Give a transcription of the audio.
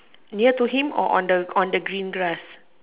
near to him or on the on the green grass